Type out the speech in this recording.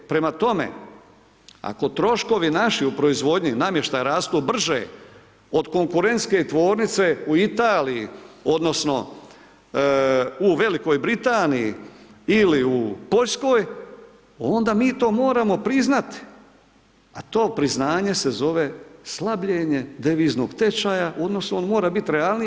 Prema tome, ako troškovi naši u proizvodnji namještaja rastu brže od konkurentske tvornice u Italiji odnosno u Velikoj Britaniji ili u Poljskoj onda mi to moramo priznati, a to priznanje se zove slabljenje deviznog tečaja odnosno on mora biti realniji.